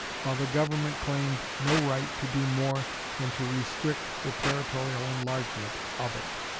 while the government claimed no right to do more than to restrict the territorial enlargement of it.